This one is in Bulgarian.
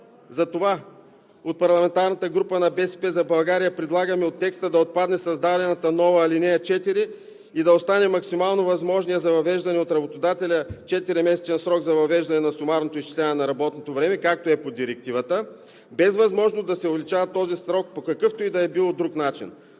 Затова от парламентарната група на „БСП за България“ предлагаме от текста да отпадне създадената нова ал. 4 и да остане максимално възможният за въвеждане от работодателя 4-месечен срок на сумарното изчисляване на работното време, както е по директивата, без възможност да се увеличава този срок по какъвто и да било друг начин.